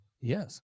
yes